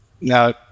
now